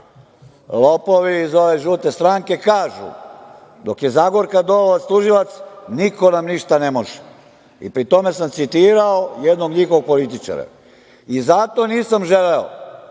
lopovi iz ove žute stranke kažu – dok je Zagorka Dolovac tužilac, niko nam ništa ne može. Pri tome sam citirao jednog njihovog političara. Zato nisam želeo